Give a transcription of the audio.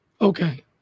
Okay